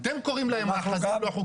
אתם קוראים להם מאחזים לא חוקיים.